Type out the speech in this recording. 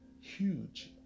huge